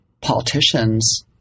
politicians